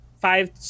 five